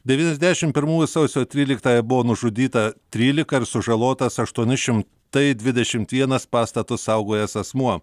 devyniasdešim pirmųjų sausio tryliktąją buvo nužudyta trylika ir sužalotas aštuoni šimtai dvidešimt vienas pastatus saugojęs asmuo